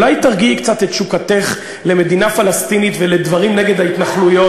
אולי תרגיעי קצת את תשוקתך למדינה פלסטינית ולדברים נגד ההתנחלויות?